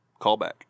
callback